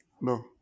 no